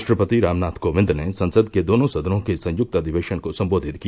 राष्ट्रपति राम नाथ कोविंद ने संसद के दोनों सदनों के संयुक्त अधिवेशन को संबोधित किया